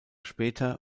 später